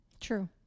True